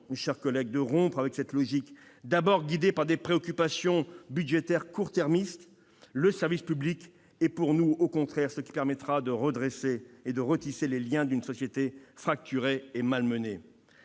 de rompre avec une telle logique, d'abord guidée par des préoccupations budgétaires court-termistes. Pour nous, le service public est au contraire ce qui permettra de retisser les liens d'une société fracturée et malmenée.